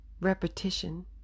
repetition